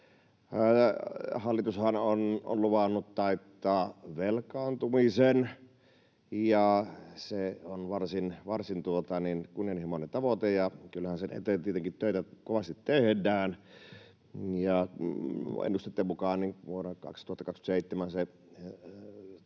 Hallitushan on luvannut taittaa velkaantumisen. Se on varsin kunnianhimoinen tavoite, ja kyllähän sen eteen tietenkin töitä kovasti tehdään. Ennusteitten mukaan vuonna 2027 sen